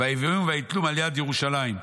ויביאום ויתלום על יד ירושלים".